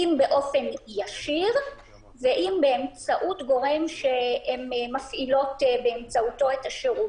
אם באופן ישיר ואם באמצעות גורם שהם מפעילים באמצעותו את השירות.